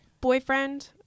boyfriend